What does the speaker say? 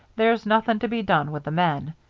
there's nothing to be done with the men.